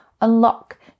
unlock